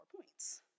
points